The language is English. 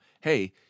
hey